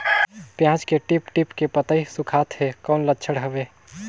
पियाज के टीप टीप के पतई सुखात हे कौन लक्षण हवे?